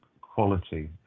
quality